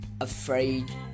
afraid